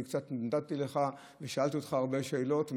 אני קצת נדנדתי לך ושאלתי אותך הרבה שאלות,